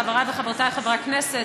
חברי וחברותי חברי הכנסת,